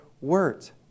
words